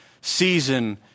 season